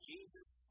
Jesus